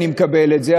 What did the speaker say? אני מקבל את זה,